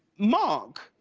mark,